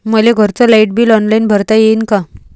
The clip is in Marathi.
मले घरचं लाईट बिल ऑनलाईन भरता येईन का?